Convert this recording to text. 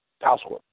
housework